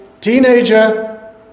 teenager